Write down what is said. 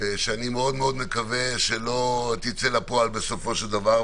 אני מאוד מקווה שלא תצא לפועל בסופו של דבר.